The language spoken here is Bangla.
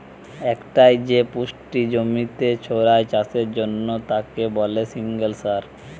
একটাই যে পুষ্টি জমিতে ছড়ায় চাষের জন্যে তাকে বলে সিঙ্গল সার